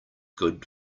good